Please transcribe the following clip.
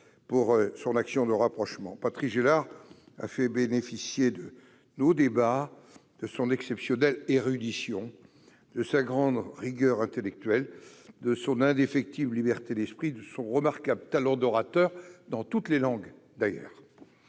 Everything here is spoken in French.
France et la Russie. Patrice Gélard a fait bénéficier nos débats de son exceptionnelle érudition, de sa grande rigueur intellectuelle, de son indéfectible liberté d'esprit et de son remarquable talent d'orateur, dans toutes les langues.